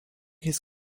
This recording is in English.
his